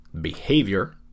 Behavior